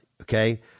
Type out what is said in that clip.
Okay